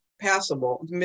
passable